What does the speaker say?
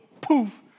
poof